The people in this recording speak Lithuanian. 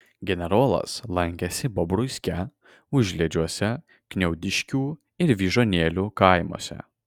generolas lankėsi bobruiske užliedžiuose kniaudiškių ir vyžuonėlių kaimuose